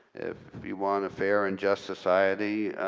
we want a fair and just society.